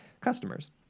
customers